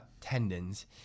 tendons